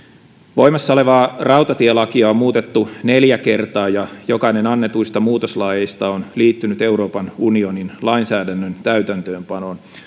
voimassa olevaa rautatielakia on muutettu neljä kertaa ja jokainen annetuista muutoslaeista on liittynyt euroopan unionin lainsäädännön täytäntöönpanoon